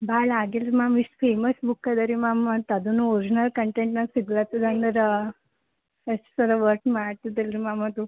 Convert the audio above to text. ಭಾಳ ಆಗಿಲ್ಲ ರೀ ಮ್ಯಾಮ್ ಇಷ್ಟು ಫೇಮಸ್ ಬುಕ್ ಇದೆ ರೀ ಮ್ಯಾಮ್ ಮತ್ತು ಅದು ಒರ್ಜ್ನಲ್ ಕಂಟೆಂಟ್ನಾಗೆ ಸಿಗ್ಲತ್ತದ ಅಂದರೆ ಎಷ್ಟು ಚೊಲೋ ವರ್ಕ್ ಮಾಡ್ತಿದ್ದಿಲ್ವ ರೀ ಮ್ಯಾಮ್ ಅದು